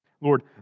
Lord